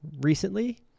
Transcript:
recently